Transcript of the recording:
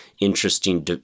interesting